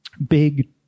big